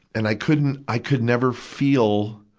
and i couldn't, i could never feel,